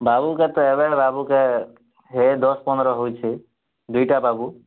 ବାବୁକେ ହେ ଦଶ ପନ୍ଦର ହୋଇଛି ଦୁଇଟା ବାବୁ